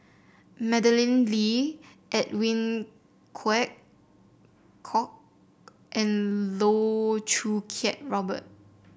Madeleine Lee Edwin Koek and Loh Choo Kiat Robert